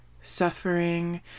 suffering